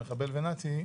"מחבל" ו "נאצי"